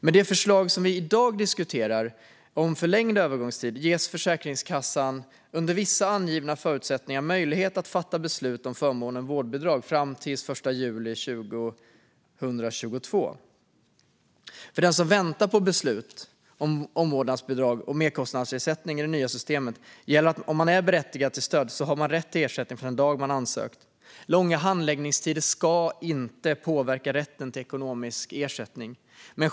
Med det förslag vi i dag diskuterar, om förlängd övergångstid, ges Försäkringskassan under vissa angivna förutsättningar möjlighet att fatta beslut om förmånen vårdbidrag fram till den l juli 2022. För den som väntar på beslut om omvårdnadsbidrag och merkostnadsersättning i det nya systemet gäller att om man är berättigad till stöd har man rätt till ersättning från den dag man ansöker. Långa handläggningstider ska inte påverka rätten till ekonomisk ersättning.